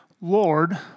Lord